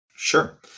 Sure